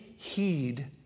Heed